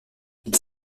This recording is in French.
ils